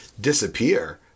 disappear